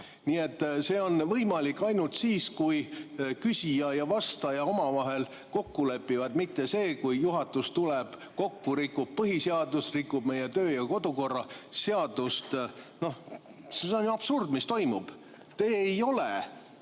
Nii et see on võimalik ainult siis, kui küsija ja vastaja omavahel kokku lepivad, mitte see, kui juhatus tuleb kokku, rikub põhiseadust, rikub meie töö- ja kodukorra seadust. Noh, see on ju absurd, mis toimub! Te ei ole